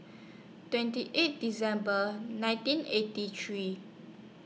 twenty eight December nineteen eighty three